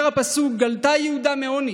אומר הפסוק: "גלתה יהודה מעני,